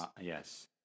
Yes